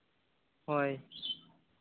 ᱦᱳᱭ